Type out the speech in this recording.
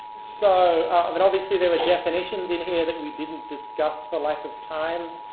so, i mean obviously there were definitions in here that we didn't discuss for lack of time.